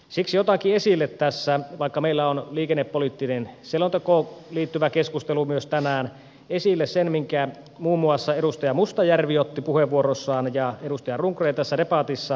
siksi otankin esille tässä vaikka meillä on myös liikennepoliittiseen selontekoon liittyvä keskustelu tänään sen minkä muun muassa edustaja mustajärvi otti esille puheenvuorossaan ja edustaja rundgren tässä debatissa